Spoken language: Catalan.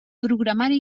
programari